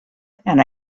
and